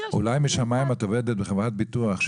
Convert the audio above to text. אולי משמים את עובדת בחברת ביטוח,